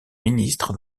ministre